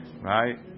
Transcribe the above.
right